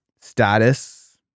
status